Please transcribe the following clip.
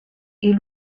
est